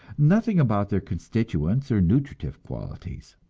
nothing about their constituents or nutritive qualities.